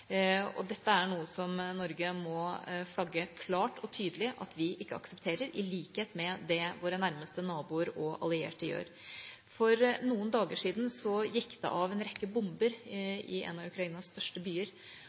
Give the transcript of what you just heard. Dette er noe Norge må flagge klart og tydelig at vi ikke aksepterer – i likhet med det våre nærmeste naboer og allierte gjør. For noen dager siden gikk det av en rekke bomber i en av Ukrainas største byer,